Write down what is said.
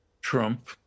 Trump